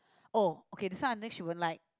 oh okay this one i don't think she won't like